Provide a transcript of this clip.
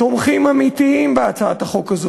תומכים אמיתיים בהצעת החוק הזו.